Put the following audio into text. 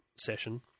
Session